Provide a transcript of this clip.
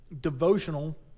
devotional